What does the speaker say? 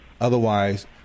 Otherwise